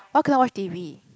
why cannot watch T_V